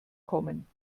kommen